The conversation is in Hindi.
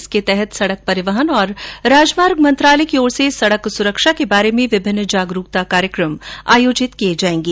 इसके तहत सड़क परिवहन और राजमार्ग मंत्रालय की ओर से सड़क सुरक्षा के बारे में विभिन्न जागरूकता कार्यक्रम आयोजित किये जायेंगे